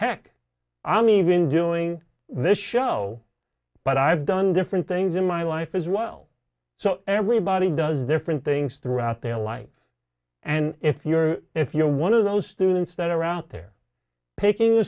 heck i'm even doing this show but i've done different things in my life as well so everybody does different things throughout their life and if you're if you're one of those students that are out there picking